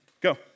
go